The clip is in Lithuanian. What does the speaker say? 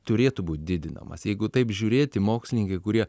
turėtų būt didinamas jeigu taip žiūrėti mokslininkai kurie